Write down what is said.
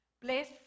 Bless